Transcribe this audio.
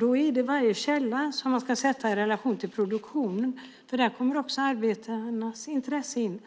Då är det varje källa som man ska sätta i relation till produktion, för där kommer också arbetarnas intresse in.